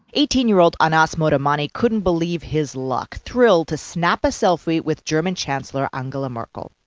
eighteen year old anas modamani couldn't believe his luck, thrilled to snap a selfie with german chancellor angela merkel.